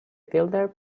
builder